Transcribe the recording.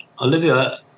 Olivia